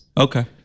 Okay